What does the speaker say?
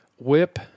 Whip